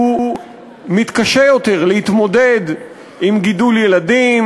הוא מתקשה יותר להתמודד עם גידול ילדים,